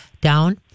down